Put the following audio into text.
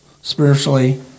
Spiritually